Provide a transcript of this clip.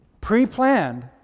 pre-planned